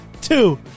Two